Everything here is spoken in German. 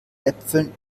äpfeln